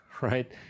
right